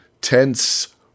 Tense